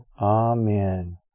Amen